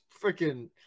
freaking